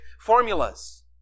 formulas